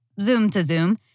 Zoom-to-Zoom